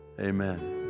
Amen